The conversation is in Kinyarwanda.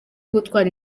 gutwara